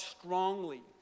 strongly